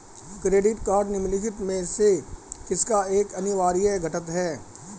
Credit card निम्नलिखित में से किसका एक अनिवार्य घटक है?